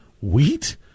wheat